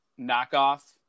knockoff